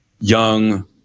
young